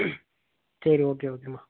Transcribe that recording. சரி ஓகே ஓகேம்மா